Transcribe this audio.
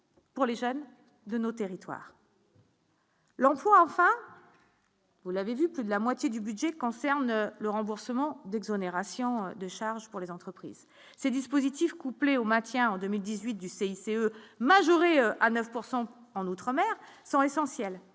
pour les jeunes de nos territoires. L'emploi, enfin vous l'avez vu, plus de la moitié du budget concerne le remboursement d'exonération de charges pour les entreprises, ces dispositifs couplé au maintien en 2018 du CICE majoré à 9 pourcent en mer sont essentielles